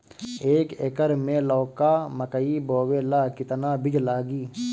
एक एकर मे लौका मकई बोवे ला कितना बिज लागी?